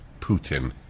Putin